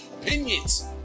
opinions